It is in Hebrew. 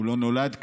הוא לא נולד כאן,